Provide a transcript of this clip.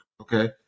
okay